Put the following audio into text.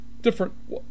different